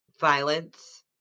violence